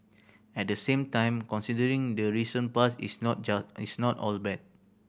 at the same time considering the recent past it's not it's not all bad